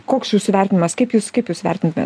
koks jūsų vertinimas kaip jūs kaip jūs vertintumėt